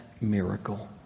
miracle